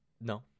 No